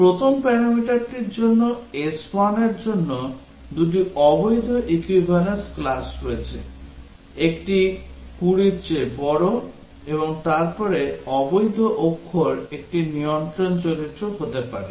প্রথম প্যারামিটারটির জন্য s1 এর জন্য দুটি অবৈধ equivalence class রয়েছে একটি 20 এর চেয়ে বড় এবং তারপরে অবৈধ অক্ষর একটি নিয়ন্ত্রণ চরিত্র হতে পারে